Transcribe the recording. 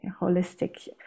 holistic